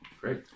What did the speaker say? Great